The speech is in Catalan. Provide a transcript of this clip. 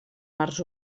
mars